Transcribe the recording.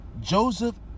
Joseph